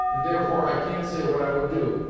and therefore i can't say what i would do.